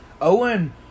Owen